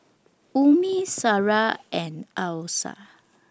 Ummi Sarah and Alyssa